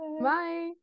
Bye